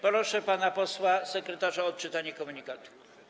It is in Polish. Proszę pana posła sekretarza o odczytanie komunikatu.